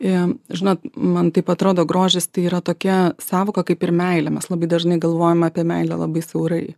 jam žinot man taip atrodo grožis tai yra tokia sąvoka kaip ir meilė mes labai dažnai galvojam apie meilę labai siaurai